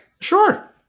Sure